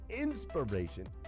inspiration